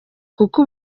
kuko